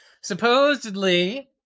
supposedly